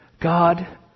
God